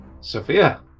Sophia